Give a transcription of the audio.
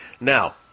Now